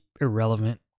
irrelevant